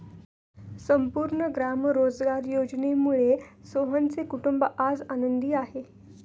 संपूर्ण ग्राम रोजगार योजनेमुळे सोहनचे कुटुंब आज आनंदी आहे